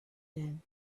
din